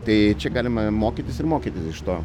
tai čia galima mokytis ir mokytis iš to